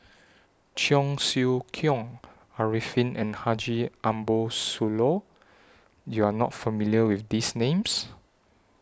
Cheong Siew Keong Arifin and Haji Ambo Sooloh YOU Are not familiar with These Names